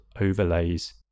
overlays